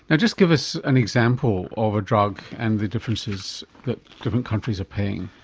and just give us an example of a drug and the differences that different countries are paying.